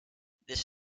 this